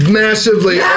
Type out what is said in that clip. massively